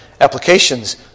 applications